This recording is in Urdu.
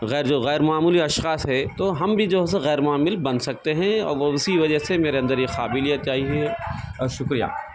غیر جو غیر معمولی اشخاص ہے تو ہم بھی جو ہے سو غیر معمل بن سکتے ہیں اور وہ اسی وجہ سے میرے اندر یہ قابلیت آئی ہے شکریہ